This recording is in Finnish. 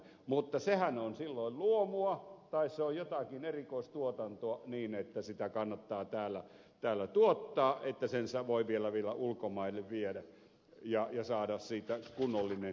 mutta sehän on silloin luomua tai se on jotakin erikoistuotantoa niin että sitä kannattaa täällä tuottaa että sen voi vielä ulkomaille viedä ja siitä voi saada kunnollisen hinnan